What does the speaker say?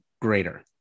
greater